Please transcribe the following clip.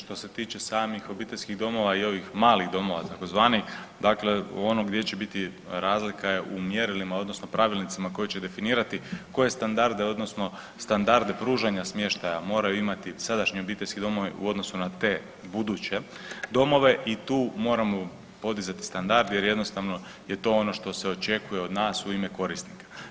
Što se tiče samih obiteljskih domova i ovih malih domova tzv. dakle u onom gdje će biti razlika je u mjerilima odnosno pravilnicima koji će definirati koje standarde odnosno standarde pružanja smještaja moraju imati sadašnji obiteljski domovi u odnosu na te buduće domove i tu moramo podizati standard jer jednostavno je to ono što se očekuje od nas u ime korisnika.